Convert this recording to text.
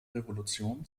revolution